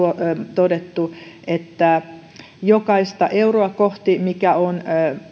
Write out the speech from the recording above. todettu että keskimäärin jokaista euroa kohti mikä on